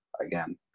again